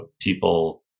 people